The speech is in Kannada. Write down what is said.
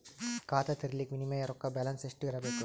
ಖಾತಾ ತೇರಿಲಿಕ ಮಿನಿಮಮ ರೊಕ್ಕ ಬ್ಯಾಲೆನ್ಸ್ ಎಷ್ಟ ಇರಬೇಕು?